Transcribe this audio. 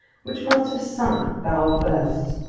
which must have sunk bow first.